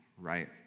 right